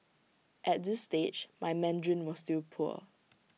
at this stage my Mandarin was still poor